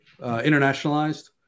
internationalized